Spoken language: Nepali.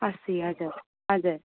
असी हजुर हजुर